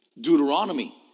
Deuteronomy